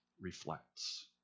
reflects